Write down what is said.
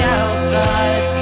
outside